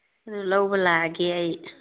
ꯑꯗꯨ ꯂꯧꯕ ꯂꯥꯛꯑꯒꯦ ꯑꯩ